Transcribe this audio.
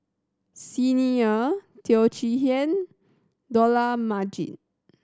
Xi Ni Er Teo Chee Hea Dollah Majid